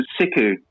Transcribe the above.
Siku